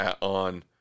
on